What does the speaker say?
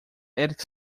erik